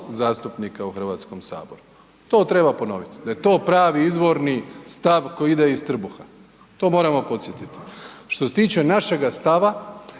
zastupnika u Hrvatskom saboru. To treba ponoviti, da je to pravni izvorni stav koji ide iz trbuha, to moramo podsjetiti. Što se tiče našega stava